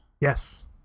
Yes